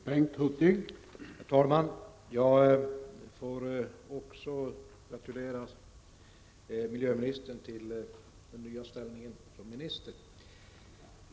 Herr talman! Jag vill också gratulera Olof Johansson till hans nya ställning som miljöminister.